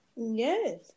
Yes